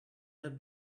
had